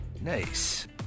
Nice